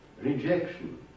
rejection